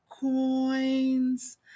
coins